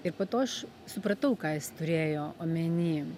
ir po to aš supratau ką jis turėjo omeny